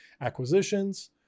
acquisitions